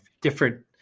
different